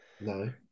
no